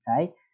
Okay